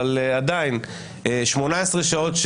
אבל עדיין 18 שעות,